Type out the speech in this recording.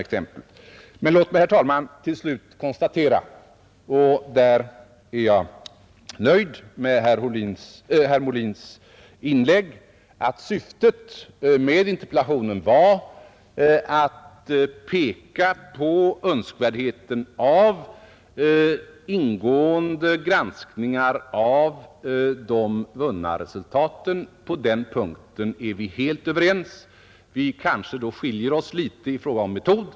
Slutligen konstaterar jag, herr talman, och där är jag nöjd med herr Molins inlägg, att syftet med interpellationen har varit att peka på önskvärdheten av ingående granskning av de vunna resultaten. På den punkten är vi helt överens. Vi kanske skiljer oss litet när det gäller metoderna.